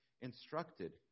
instructed